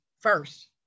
first